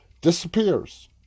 Disappears